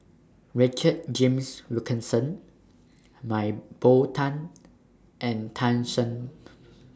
Richard James Wilkinson Mah Bow Tan and Tan Shen